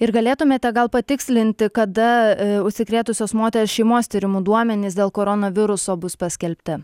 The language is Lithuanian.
ir galėtumėte gal patikslinti kada užsikrėtusios moters šeimos tyrimų duomenys dėl koronaviruso bus paskelbti